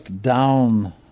down